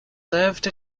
served